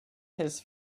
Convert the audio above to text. his